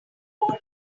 whole